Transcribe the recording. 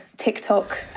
TikTok